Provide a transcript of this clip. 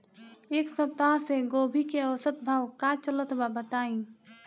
एक सप्ताह से गोभी के औसत भाव का चलत बा बताई?